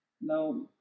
now